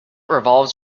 revolves